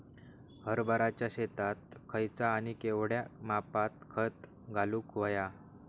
हरभराच्या शेतात खयचा आणि केवढया मापात खत घालुक व्हया?